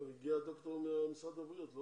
הגיע הדוקטור ממשרד הבריאות?